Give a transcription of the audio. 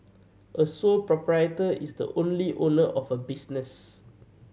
a sole proprietor is the only owner of a business